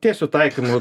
tiesiu taikymu